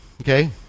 Okay